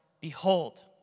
Behold